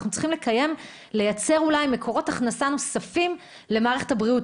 אנחנו צריכים אולי לייצר מקורות הכנסה נוספים למערכת הבריאות,